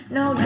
no